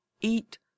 Eat